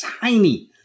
tiny